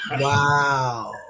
Wow